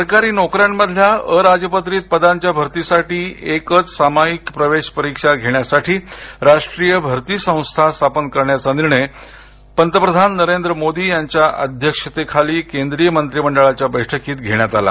सरकारी नोकऱ्यांमधल्या अराजपत्रीत पदांच्या भरतीसाठी एकच सामायिक प्रवेश परीक्षा घेण्यासाठी राष्ट्रीय भरती संस्था स्थापन करण्याचा निर्णय पंतप्रधान नरेंद्र मोदी यांच्या अध्यक्षतेखालील केंद्रीय मंत्रिमंडळाच्या बैठकीत काल घेण्यात आला